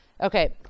Okay